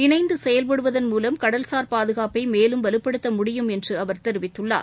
இணைந்து செயல்படுவதன் மூலம் கடல்சார் பாதுகாப்பை மேலும் வலுப்படுத்த முடியும் என்று அவர் தெரிவித்துள்ளார்